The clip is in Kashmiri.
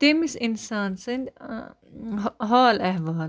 تیٚمِس اِنسان سٕنٛدۍ حال احوال